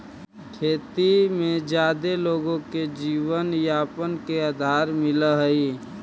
खेती में जादे लोगो के जीवनयापन के आधार मिलऽ हई